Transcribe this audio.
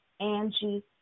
Angie